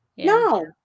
No